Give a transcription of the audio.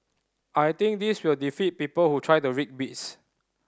I think this will defeat people who try to rig bids